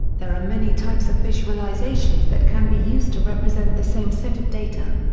there are many types of visualizations that can be used to represent the same set of data.